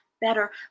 better